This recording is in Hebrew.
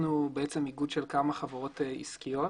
אנחנו איגוד של כמה חברות עסקיות,